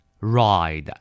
ride